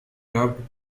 dubbed